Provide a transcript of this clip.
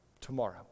tomorrow